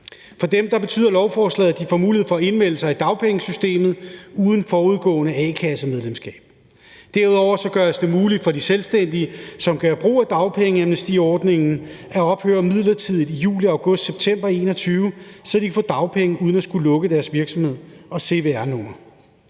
For dem betyder lovforslaget, at de får mulighed for at indmelde sig i dagpengesystemet uden forudgående a-kassemedlemskab. Derudover gøres det muligt for de selvstændige, som gør brug af dagpengeamnestiordningen, at ophøre midlertidigt i juli, august og september 2021, så de kan få dagpenge uden at skulle lukke deres virksomhed og cvr-nummer.